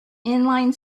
inline